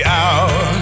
out